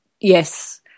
Yes